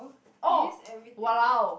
you use everything